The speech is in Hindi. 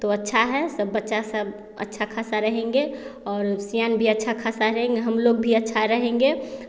तो अच्छा है सब बच्चा सब अच्छा ख़ासा रहेंगे और सियान भी अच्छा ख़ासा रहेंगे हम लोग भी अच्छा रहेंगे